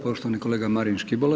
Poštovani kolega Marin Škibola.